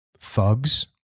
thugs